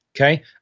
Okay